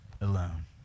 alone